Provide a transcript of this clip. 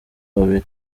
babiri